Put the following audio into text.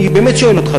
אני באמת שואל אותך.